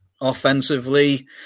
offensively